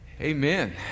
Amen